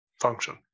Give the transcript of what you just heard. function